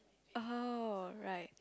oh right